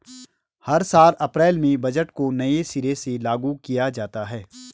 हर साल अप्रैल में बजट को नये सिरे से लागू किया जाता है